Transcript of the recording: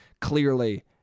clearly